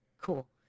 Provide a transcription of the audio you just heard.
cool